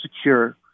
secure